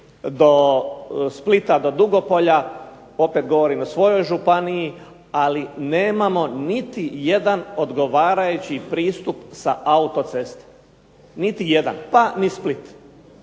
do Splita, do Dugopolja, opet govorim o svojoj županiji, ali nemamo niti jedan odgovarajući pristup sa autoceste. Niti jedan, pa ni Split.